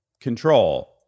control